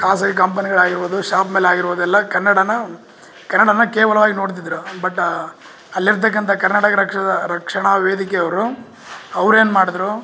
ಖಾಸಗಿ ಕಂಪನಿಗಳಾಗಿರ್ಬೋದು shop mill ಆಗಿರ್ಬೋದು ಎಲ್ಲ ಕನ್ನಡನಾ ಕನ್ನಡ ಕೇವಲವಾಗಿ ನೋಡ್ತಿದೀರ ಬಟಾ ಅಲ್ಲಿರ್ತಕ್ಕಂಥ ಕರ್ನಾಟಕ ರಕ್ಷಕ ರಕ್ಷಣಾ ವೇದಿಕೆ ಅವರು ಅವ್ರೇನು ಮಾಡಿದ್ರು